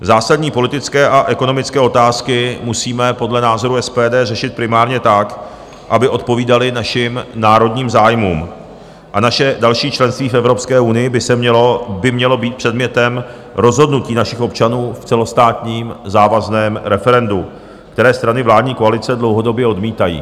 Zásadní politické a ekonomické otázky musíme podle názoru SPD řešit primárně tak, aby odpovídaly našim národním zájmům, a naše další členství v Evropské unii by mělo být předmětem rozhodnutí našich občanů v celostátním závazném referendu, které strany vládní koalice dlouhodobě odmítají.